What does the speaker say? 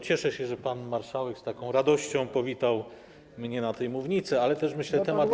Cieszę się, że pan marszałek z taką radością powitał mnie na tej mównicy, ale też, jak myślę, temat jest.